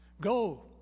Go